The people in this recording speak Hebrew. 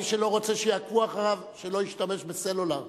מי שלא רוצה שיעקבו אחריו, שלא ישתמש בסלולר.